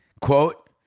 Quote